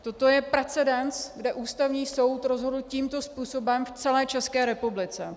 Toto je precedens, kde Ústavní soud rozhodl tímto způsobem v celé České republice.